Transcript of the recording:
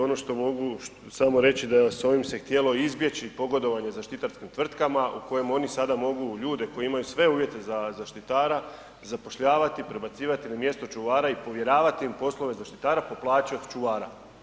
Ono što mogu samo reći da s ovim se htjelo izbjeći pogodovanje zaštitarskim tvrtkama u kojima oni sada mogu ljude koji imaju sve uvjete za zaštitara zapošljavati, prebacivati na mjesto čuvara i povjeravati im poslove zaštitara po plaći od čuvara.